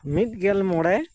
ᱢᱤᱫᱜᱮᱞ ᱢᱚᱬᱮ